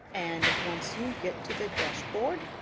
and once you get to the dashboard,